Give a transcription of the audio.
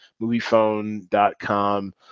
moviephone.com